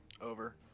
Over